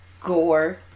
gore